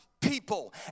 people